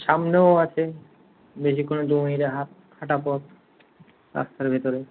সামনেও আছে বেশিক্ষণ না দু মিনিটে হাঁট হাঁটা পথ রাস্তার ভেতরে